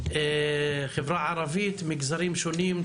חברה ערבית, מגזרים שונים,